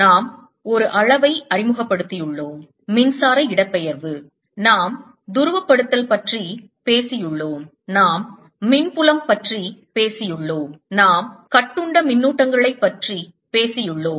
நாம் ஒரு அளவை அறிமுகப்படுத்தியுள்ளோம் மின்சார இடப்பெயர்வு நாம் துருவப்படுத்தல் பற்றி பேசியுள்ளோம் நாம் மின் புலம் பற்றி பேசியுள்ளோம் நாம் கட்டுண்ட மின்னூட்டங்களைப் பற்றி பேசியுள்ளோம்